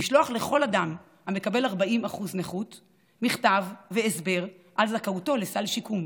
לשלוח לכל אדם המקבל 40% נכות מכתב והסבר על זכאותו לסל שיקום.